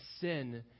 sin